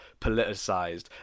politicized